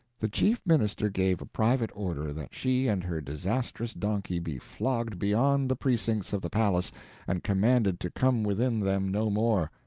the chief minister gave a private order that she and her disastrous donkey be flogged beyond the precincts of the palace and commanded to come within them no more.